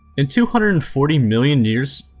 in two hundred and forty million years,